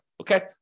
Okay